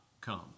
come